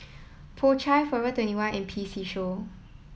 Po Chai Forever twenty one and P C Show